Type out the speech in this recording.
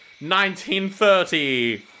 1930